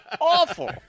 awful